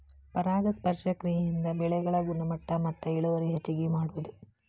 ಪರಾಗಸ್ಪರ್ಶ ಕ್ರಿಯೆಯಿಂದ ಬೆಳೆಗಳ ಗುಣಮಟ್ಟ ಮತ್ತ ಇಳುವರಿ ಹೆಚಗಿ ಮಾಡುದು